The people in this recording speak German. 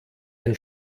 ein